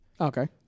Okay